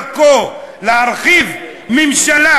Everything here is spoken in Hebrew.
להרחיב ממשלה,